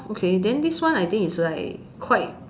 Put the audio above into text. oh okay then this one I think is like quite